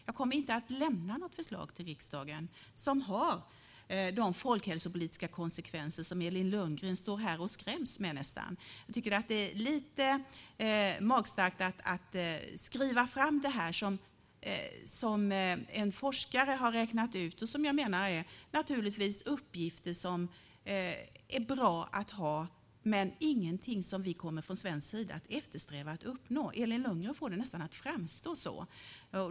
Jag kommer inte att lämna något förslag till riksdagen som har de folkhälsopolitiska konsekvenser som Elin Lundgren står här och nästan skräms med. Det är lite magstarkt att skriva fram det här som en forskare har räknat ut och som jag menar är uppgifter som naturligtvis är bra att ha, men ingenting som vi från svensk sida kommer att sträva efter att uppnå. Elin Lundgren får det nästan att framstå så.